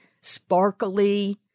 sparkly